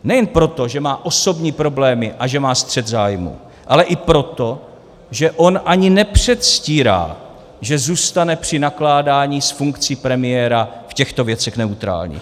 Nejen proto, že má osobní problémy a že má střet zájmů, ale i proto, že on ani nepředstírá, že zůstane při nakládání s funkcí premiéra v těchto věcech neutrální.